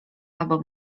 albo